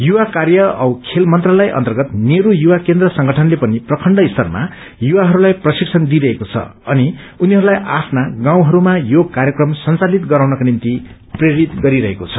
युवा कार्य औ खेल मन्त्रालय अन्तर्गत नेहरू युवा केन्द्र संगठनले पनि प्रखण्ड स्तरमा युवाहरूलाई प्रशिक्षण दिइरहेको छ अनि उनीहरूलाई आफ्ना गाउँहरूमा योग क्वर्यक्रम संचालित गराउनका निम्ति प्रेरित गरिरहेको छ